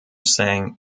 sang